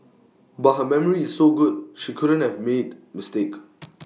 but her memory is so good she couldn't have made mistake